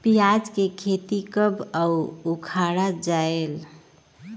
पियाज के खेती कब अउ उखाड़ा जायेल?